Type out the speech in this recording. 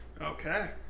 okay